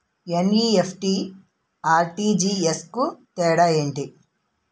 NEFT, RTGS కు తేడా ఏంటి?